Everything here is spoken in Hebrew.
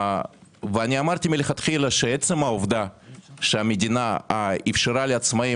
ואמרתי מלכתחילה שעצם העובדה שהמדינה אפשרה לעצמאים